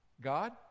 God